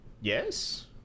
Yes